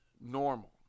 normal